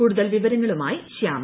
കൂടുതൽ വിവരങ്ങളുമായി ശ്യാമ